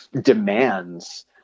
demands